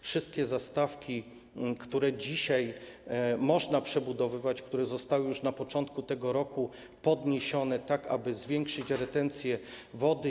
Wszystkie zastawki, które dzisiaj można przebudowywać, zostały już na początku tego roku podniesione, aby zwiększyć retencję wody.